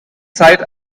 zeit